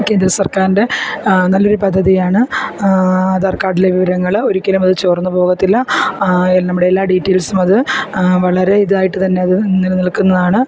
കേന്ദ്ര സർക്കാരിൻ്റെ നല്ലൊരു പദ്ധതിയാണ് ആധാർക്കാഡിലേ വിവരങ്ങൾ ഒരിക്കലുമത് ചോർന്നു പോകത്തില്ല എൽ നമ്മുടെ എല്ലാ ഡീറ്റെയിസുമത് വളരെ ഇതായിട്ടു തന്നെ അതു നിലനിൽക്കുന്നതാണ്